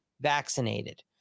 vaccinated